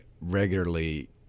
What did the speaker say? regularly